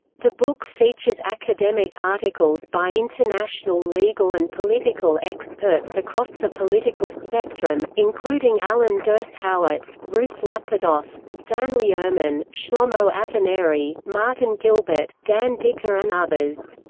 the book features academic articles by international legal and political experts across the political spectrum, including alan dershowitz, ruth lapidoth, stanley urman, shlomo avineri, martin gilbert, dan diker and others.